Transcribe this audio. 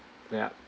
yup